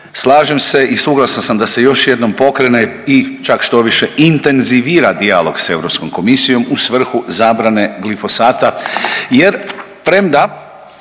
slažem se i suglasan sam da se još jednom pokrene i čak štoviše intenzivira dijalog sa Europskom komisijom u svrhu zabrane glifosata.